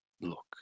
look